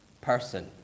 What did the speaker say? person